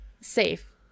safe